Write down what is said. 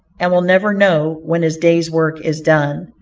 and will never know when his day's work is done,